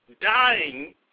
dying